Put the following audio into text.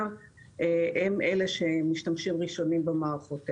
הם אלה שמשתמשים ראשונים במערכות האלה.